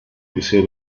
bisher